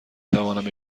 توانم